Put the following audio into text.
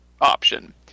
option